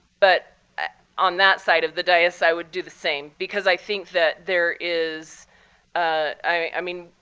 but on that side of the dais i would do the same because i think that there is i mean,